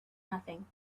nothing